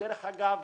דרך אגב,